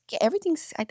everything's